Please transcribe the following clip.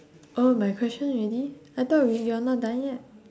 oh my question already I thought wait you're not done yet